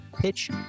pitch